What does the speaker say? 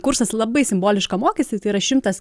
kursas labai simbolišką mokestis tai yra šimtas